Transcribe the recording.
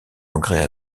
engrais